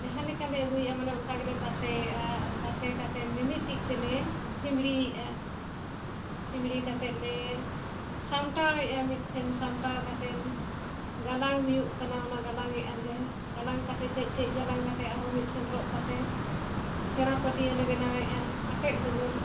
ᱡᱟᱦᱟᱸ ᱞᱮᱠᱟᱞᱮ ᱟᱹᱜᱩᱭᱮᱜᱼᱟ ᱢᱟᱱᱮ ᱚᱱᱠᱟ ᱜᱮᱞᱮ ᱛᱟᱥᱮᱭᱮᱜᱼᱟ ᱟᱨ ᱛᱟᱥᱮ ᱠᱟᱛᱮᱫ ᱢᱤᱢᱤᱫ ᱴᱤᱡ ᱛᱮᱞᱮ ᱪᱷᱤᱢᱲᱤᱭᱮᱜᱼᱟ ᱪᱷᱤᱢᱲᱤ ᱠᱟᱛᱮᱫ ᱞᱮ ᱥᱟᱢᱴᱟᱣᱮᱜᱼᱟ ᱢᱤᱫ ᱴᱷᱮᱱ ᱥᱟᱢᱴᱟᱣ ᱠᱟᱛᱮᱫ ᱜᱟᱞᱟᱝ ᱦᱩᱭᱩᱜ ᱠᱟᱱᱟ ᱚᱱᱟ ᱜᱟᱞᱟᱝᱮᱜᱼᱟ ᱞᱮ ᱜᱟᱞᱟᱝ ᱠᱟᱛᱮᱫ ᱠᱟᱹᱡ ᱠᱟᱹᱡ ᱜᱟᱞᱟᱝ ᱠᱟᱛᱮᱫ ᱟᱨᱦᱚᱸ ᱢᱤᱫᱴᱷᱮᱱ ᱨᱚᱜ ᱠᱟᱛᱮᱫ ᱥᱮᱬᱟ ᱯᱟᱹᱴᱭᱟᱹ ᱞᱮ ᱵᱮᱱᱟᱣᱮᱜᱼᱟ ᱟᱴᱮᱫ ᱞᱟᱹᱜᱤᱫ